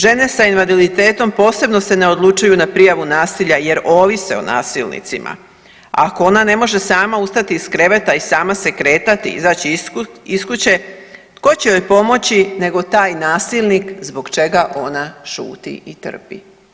Žene s invaliditetom posebno se ne odlučuju na prijavu nasilja jer ovise o nasilnicima, ako ona ne može sama ustati iz kreveta i sama se kretati i izaći iz kuće tko će joj pomoći nego taj nasilnik zbog čega ona šuti i trpi.